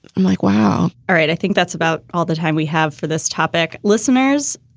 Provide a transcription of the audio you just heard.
i'm like, wow all right. i think that's about all the time we have for this topic. listeners,